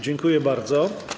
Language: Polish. Dziękuję bardzo.